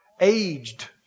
Aged